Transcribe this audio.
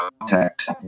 contact